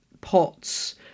Pots